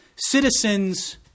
Citizens